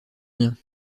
rien